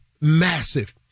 massive